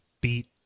beat